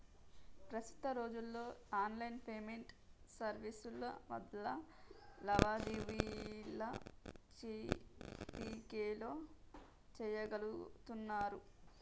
ప్రస్తుత రోజుల్లో online payment సర్వీసుల వల్ల లావాదేవీలు చిటికెలో చెయ్యగలుతున్నరు